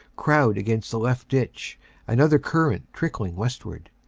crowd against the left ditch another cu rrent trickling westward.